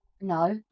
No